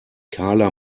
karla